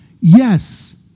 yes